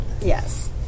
Yes